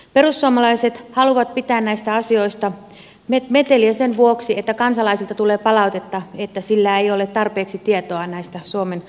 perussuomalaiset haluavat pitää näistä asioista meteliä sen vuoksi että kansalaisilta tulee palautetta että kansalla ei ole tarpeeksi tietoa näistä suomen vastuista